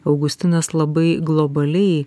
augustinas labai globaliai